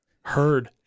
Heard